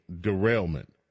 derailment